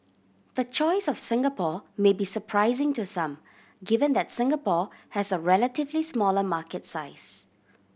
the choice of Singapore may be surprising to some given that Singapore has a relatively smaller market size